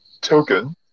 token